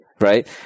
right